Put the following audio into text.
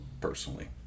personally